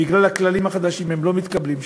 ובגלל הכללים החדשים הם לא מתקבלים.